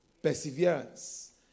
perseverance